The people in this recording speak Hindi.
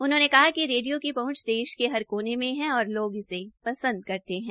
उन्होंने कहा कि रेडियो की पहुंच देश के हर कोने में हैऔर लोक इसे पसंद करते हैं